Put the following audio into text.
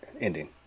ending